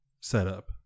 setup